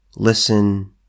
Listen